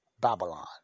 babylon